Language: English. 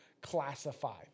classify